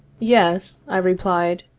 yes i replied,